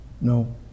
No